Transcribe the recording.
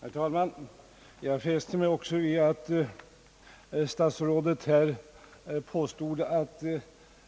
Herr talman! Jag fäste mig också vid att statsrådet påstod att